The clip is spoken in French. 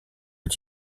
est